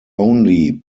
only